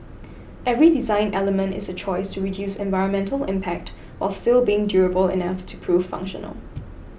every design element is a choice reduce environmental impact while still being durable enough to prove functional